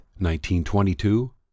1922